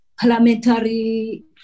parliamentary